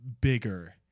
bigger